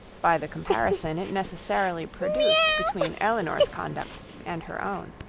by the comparison it necessarily produced between elinor's conduct and her own.